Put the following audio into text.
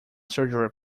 surgery